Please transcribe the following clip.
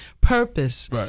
purpose